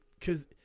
Cause